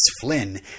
Flynn